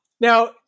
Now